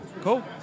Cool